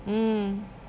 mm